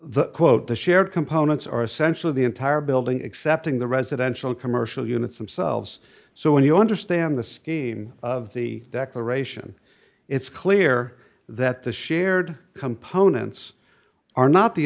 the quote the shared components are essentially the entire building excepting the residential commercial units themselves so when you understand the scheme of the declaration it's clear that the shared components are not the